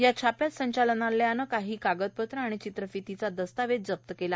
या छाप्यात संचालनालयानं काही कागदपत्रं आणि चित्रफितीचा दस्तावेज जप्त केला